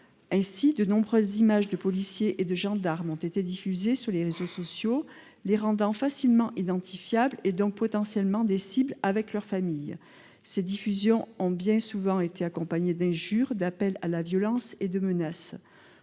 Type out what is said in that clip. Ainsi, de nombreuses images de policiers et de gendarmes ont été diffusées sur les réseaux sociaux, ce qui les rend facilement identifiables et en fait potentiellement des cibles, de même que leur famille. Ces diffusions ont bien souvent été accompagnées d'injures, d'appels à la violence et de menaces.